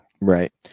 Right